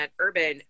Urban